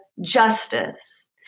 justice